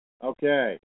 Okay